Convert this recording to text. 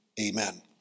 amen